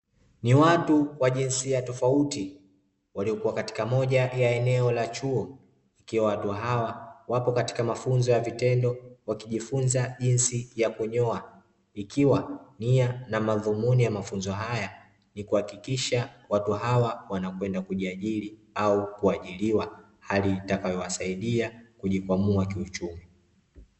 Ni watu wajinsia tofauti walikuwa katika moja ya eneo la chuo ikiwa watu hawa wapo katika mafunzo ya vitendo wakijifunza jinsi ya kunyoa, ikiwa nia na madhumuni ya mafunzo haya ni kuhakikisha watu hawa wanakwenda kujiajili au kuajiliwa hali itakayo wasaidia kujikwamua kiuchumi.